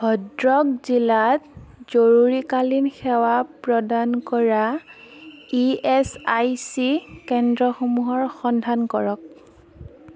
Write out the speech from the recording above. ভদ্ৰক জিলাত জৰুৰীকালীন সেৱা প্ৰদান কৰা ই এছ আই চি কেন্দ্ৰসমূহৰ সন্ধান কৰক